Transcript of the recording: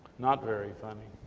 not very.